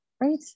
Right